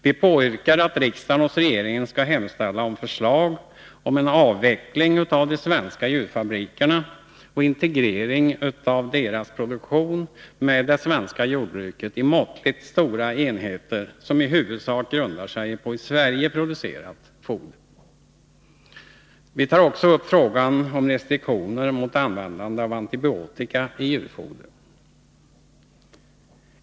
Vi påyrkar att riksdagen hos regeringen hemställer om förslag till en avveckling av de svenska djurfabrikerna och en integrering av deras produktion med det svenska jordbruket i måttligt stora enheter som i huvudsak grundar sig på i Sverige producerat foder. Vi tar också upp frågan om restriktioner mot användande av antibiotika i djurfoder.